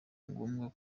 ngombwa